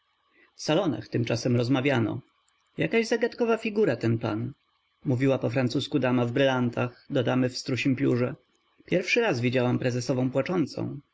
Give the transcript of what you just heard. salonach tymczasem rozmawiano jakaś zagadkowa figura ten pan mówiła po francusku dama w brylantach do damy w strusiem piórze pierwszy raz widziałam prezesową płaczącą